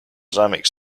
islamic